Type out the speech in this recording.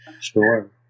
Sure